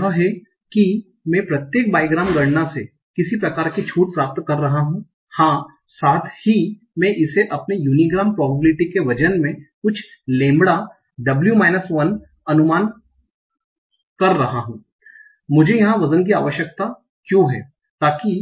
तो यह है कि मैं प्रत्येक बाईग्राम्स गणना से किसी प्रकार की छूट प्राप्त कर रहा हूं हां साथ ही मैं इसे अपने यूनिग्राम प्रॉबबिलिटि के वजन में कुछ लैंबडा Wi माइनस 1 अनुमान कर रहा हू मुझे यहां वजन की आवश्यकता क्यों है ताकि